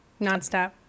nonstop